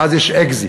ואז יש exit.